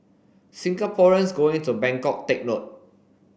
Singaporeans going to Bangkok take note